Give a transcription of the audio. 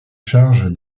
charge